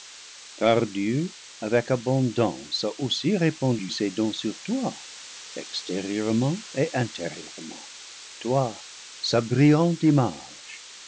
car dieu avec abondance a aussi répand ses dons sur toi extérieurement et intérieurement toi sa brillante image